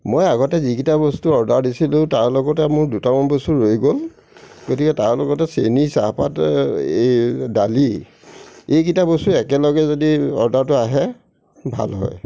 মই আগতে যিকেইটা বস্তু অৰ্ডাৰ দিছিলোঁ তাৰ লগতে মোৰ দুটামান বস্তু ৰৈ গ'ল গতিকে তাৰ লগতে চেনী চাহপাত এই দালি এইকেইটা বস্তু একেলগে যদি অৰ্ডাৰটো আহে ভাল হয়